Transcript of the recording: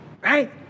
right